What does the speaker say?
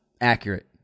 accurate